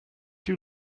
you